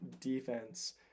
defense